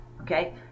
Okay